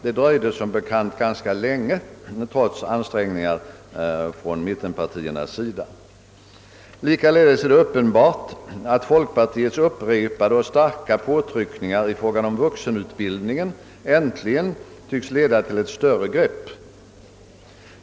Det dröjde som bekant ganska länge trots bemödanden från mittenpartierna. Likaledes är det uppenbart att folkpartiets upprepade och starka påtryckningar i fråga om vuxenutbildningen äntligen tycks leda till större grepp.